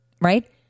right